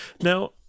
Now